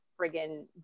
friggin